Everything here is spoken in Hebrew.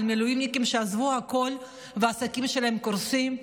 מילואימניקים שעזבו הכול והעסקים שלהם קורסים?